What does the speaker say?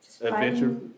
adventure